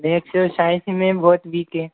maths और science में बहुत वीक हैं